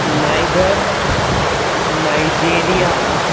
niagara Nigeria